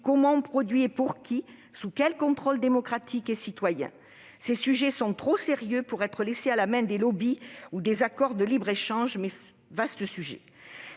Comment produit-on et pour qui ? Sous quel contrôle démocratique et citoyen ? Ces questions sont trop sérieuses pour être laissées à la main des lobbies ou des accords de libre-échange- vaste sujet